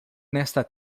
nesta